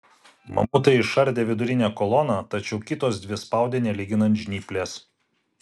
mamutai išardė vidurinę koloną tačiau kitos dvi spaudė nelyginant žnyplės